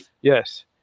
Yes